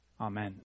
amen